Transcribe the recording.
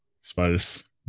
Spiders